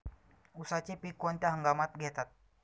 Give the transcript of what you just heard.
उसाचे पीक कोणत्या हंगामात घेतात?